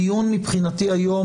הדיון מבחינתי היום,